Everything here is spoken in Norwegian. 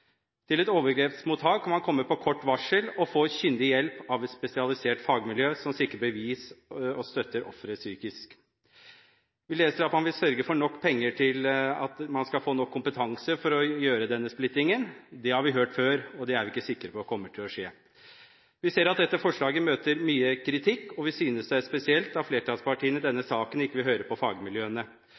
Til et overgrepsmottak kan man komme på kort varsel og få kyndig hjelp i et spesialisert fagmiljø som sikrer bevis og støtter offeret psykisk. Vi leser at man vil sørge for nok penger til at man skal få nok kompetanse til å gjøre denne splittingen. Det har vi også hørt før, og det er vi ikke sikre på at kommer til å skje. Vi ser at dette forslaget møter mye kritikk, og vi synes det er spesielt at flertallspartiene i denne saken ikke vil høre på fagmiljøene.